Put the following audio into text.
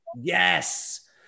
Yes